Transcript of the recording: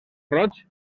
roig